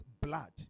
blood